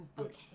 Okay